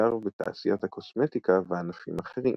בעיקר בתעשיית הקוסמטיקה וענפים אחרים.